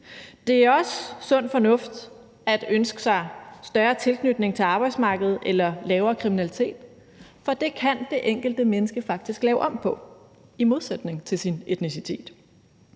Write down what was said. Det er også sund fornuft at ønske sig en større tilknytning til arbejdsmarkedet eller lavere kriminalitet, for det kan det enkelte menneske faktisk lave om på i modsætning til sin etnicitet.